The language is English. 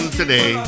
today